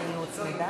לא הספקתי.